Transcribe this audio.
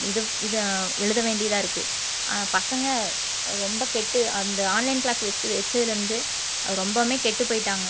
இது இதை எழுத வேண்டியதாக இருக்குது பசங்க ரொம்ப கெட்டு அந்த ஆன்லைன் க்ளாஸ் வச்சு வச்சதுலேருந்து அது ரொம்பவுமே கெட்டு போய்ட்டாங்க